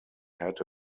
had